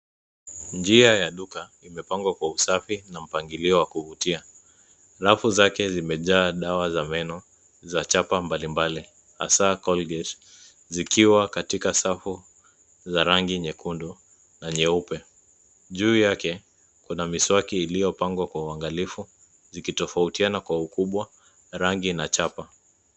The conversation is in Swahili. Njia ya duka imepangwa kwa usafi na mpangilio wa kuvutia. Rafu zake zimejaa dawa za meno za chapa mbalimbali hasa colgate zikiwa katika safu za rangi nyekundu na nyeupe. Juu yake kuna miswaki iliyopangwa kwa uangalifu zikitofautiana kwa ukubwa rangi na chapa.